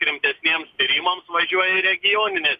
rimtesniems tyrimams važiuoja į regionines